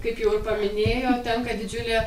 kaip jau ir paminėjot tenka didžiulė